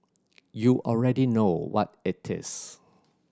you already know what it is